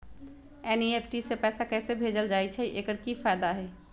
NEFT से पैसा कैसे भेजल जाइछइ? एकर की फायदा हई?